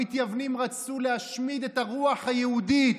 המתייוונים רצו להשמיד את הרוח היהודית.